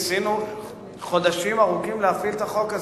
ניסינו חודשים ארוכים להפעיל את החוק הזה,